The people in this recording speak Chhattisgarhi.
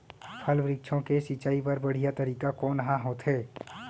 फल, वृक्षों के सिंचाई बर बढ़िया तरीका कोन ह होथे?